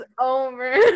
over